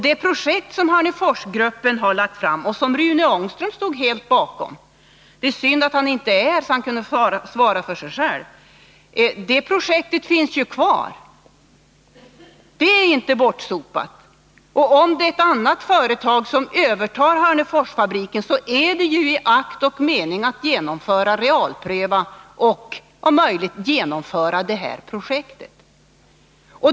Det projekt som Hörneforsgruppen har lagt fram och som Rune Ångström stod helt bakom — jag beklagar att han inte är närvarande i kammaren, så att han kan svara för sig själv här — finns kvar, Det är inte bortsopat. Om ett annat företag övertar Hörneforsfabriken, sker det i akt och mening att realpröva och om möjligt genomföra detta projekt.